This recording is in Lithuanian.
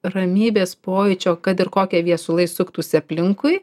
ramybės pojūčio kad ir kokie viesulai suktųsi aplinkui